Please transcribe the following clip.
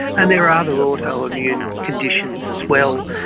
and there are other autoimmune conditions as well,